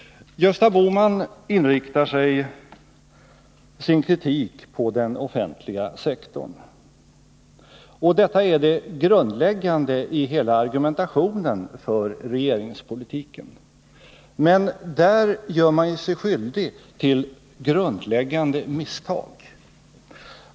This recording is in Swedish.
Gösta Bohman inriktar sin kritik på den offentliga sektorn. Detta är det grundläggande i hela argumentationen för regeringspolitiken. Men där gör man sig skyldig till stora misstag.